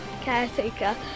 caretaker